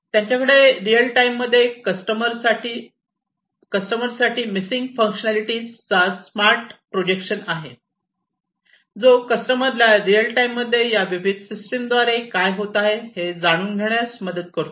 त्यांच्याकडे रीअल टाईममध्ये कस्टमरसाठी मिसिंग फंक्शन्सलिटीजचा स्मार्ट प्रोजेक्शन आहे जो कस्टमरला रिअल टाइममध्ये या विविध सिस्टमद्वारे काय होत आहे हे जाणून घेण्यास मदत करतो